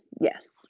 Yes